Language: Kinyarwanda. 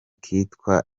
kitwaga